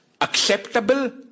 acceptable